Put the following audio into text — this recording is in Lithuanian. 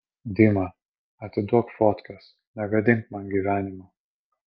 dima atiduok fotkes negadink man gyvenimo